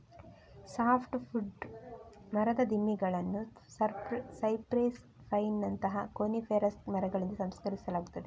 soft wood ಮರದ ದಿಮ್ಮಿಗಳನ್ನು cypress, ಪೈನಿನಂತಹ ಕೋನಿಫೆರಸ್ ಮರಗಳಿಂದ ಸಂಸ್ಕರಿಸಲಾಗುತ್ತದೆ